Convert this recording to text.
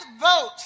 vote